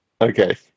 Okay